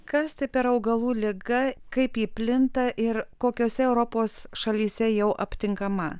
kas tai per augalų liga kaip ji plinta ir kokiose europos šalyse jau aptinkama